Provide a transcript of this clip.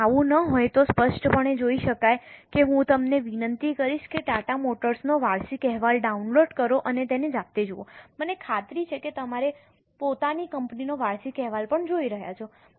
જો આવું ન હોય તો સ્પષ્ટપણે જોઈ શકાય છે હું તમને વિનંતી કરીશ કે ટાટા મોટર્સનો વાર્ષિક અહેવાલ ડાઉનલોડ કરો અને તેને જાતે જુઓ મને ખાતરી છે કે તમે તમારી પોતાની કંપનીનો વાર્ષિક અહેવાલ પણ જોઈ રહ્યા છો